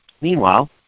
Meanwhile